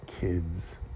kids